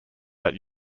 but